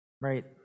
right